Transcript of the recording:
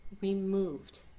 removed